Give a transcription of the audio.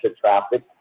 traffic